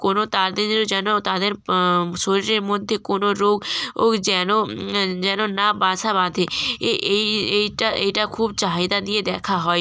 কোনো তাদেরও যেন তাদের শরীরের মধ্যে কোনো রোগ ওগ যেন না যেন না বাসা বাঁধে এই এই এইটা এইটা খুব চাহিদা দিয়ে দেখা হয়